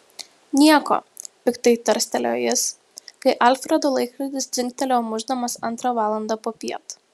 nieko piktai tarstelėjo jis kai alfredo laikrodis dzingtelėjo mušdamas antrą valandą popiet